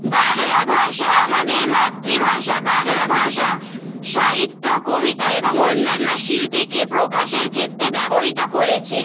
বাংলা ভাষা আমাদের মাতৃভাষা বাংলা ভাষা সাহিত্য কবিতা এবং অন্যান্য শিল্পীকে প্রকাশের ক্ষেত্রে ব্যবহৃত করেছে